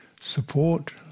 support